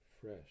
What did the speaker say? fresh